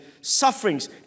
sufferings